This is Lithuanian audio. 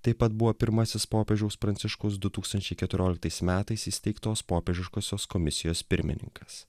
taip pat buvo pirmasis popiežiaus pranciškaus du tūkstančiai keturioliktais metais įsteigtos popiežiškosios komisijos pirmininkas